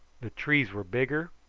the trees were bigger,